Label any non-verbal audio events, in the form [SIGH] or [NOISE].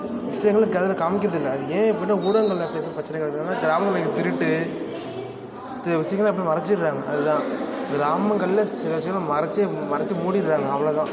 விஷயங்கள் [UNINTELLIGIBLE] காமிக்கிறதில்லை அது ஏன் அப்பட்னா ஊடகங்கள்ல அப்படி எதுவும் பிரச்சனை [UNINTELLIGIBLE] கிராமங்கள்ல நடக்கும் திருட்டு சீ சீக்கரமா அப்படியே மறச்சிடுறாங்க அதுதான் கிராமங்கள்ல சீக்கரம் சீக்கரம் மறைச்சி மறைச்சி மூடிடுறாங்க அவ்வளோ தான்